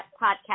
podcast